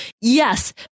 Yes